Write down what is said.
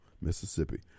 Mississippi